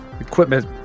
equipment